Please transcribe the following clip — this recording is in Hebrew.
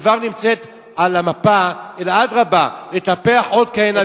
שכבר נמצאת על המפה, אלא אדרבה, לטפח עוד כאלה.